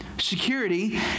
Security